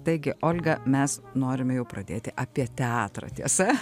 taigi olga mes norime jau pradėti apie teatrą tiesa